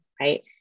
right